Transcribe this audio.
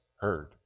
heard